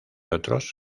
otros